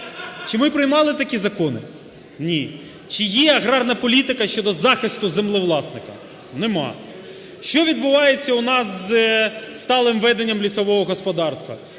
чи ми приймали такі закони? Ні. Чи є агарна політика щодо захисту землевласника? Нема. Що відбувається у нас з сталим веденням лісового господарства?